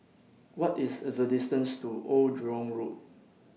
What IS The distance to Old Jurong Road